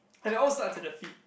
but they all starts at the feet